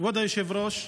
כבוד היושב-ראש,